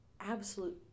absolute